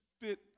fit